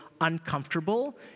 uncomfortable